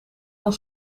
van